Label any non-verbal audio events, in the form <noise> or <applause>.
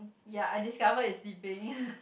ya I discover it's sleeping <laughs>